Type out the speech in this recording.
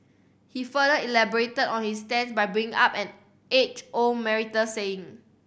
he further elaborated on his stance by bringing up an age old marital saying